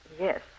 Yes